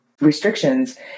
restrictions